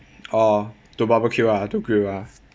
or to barbecue ah to grill ah